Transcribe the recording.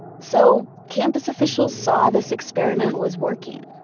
so campus officials saw this experiment was working.